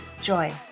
joy